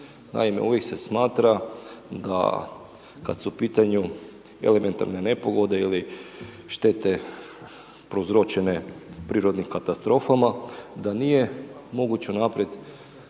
Naime, ovdje se smatra da kad su u pitanju elementarne nepogode ili štete prouzročene prirodnim katastrofama da nije moguće unaprijed